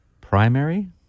primary